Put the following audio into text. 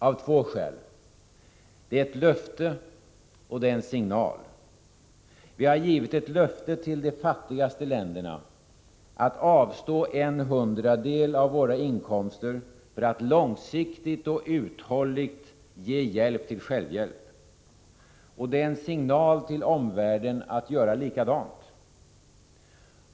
Av två skäl: det är ett löfte, och det är en signal. Vi har givit ett löfte till de fattigaste länderna att långsiktigt avstå en hundradel av våra inkomster för att långsiktigt och uthålligt ge hjälp till självhjälp. Och det är en signal till omvärlden att göra likadant.